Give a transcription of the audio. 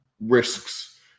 risks